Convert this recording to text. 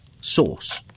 source